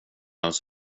ens